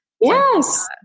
Yes